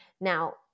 Now